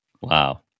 wow